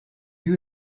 lieu